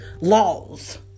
laws